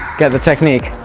get the technique.